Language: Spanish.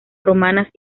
romanas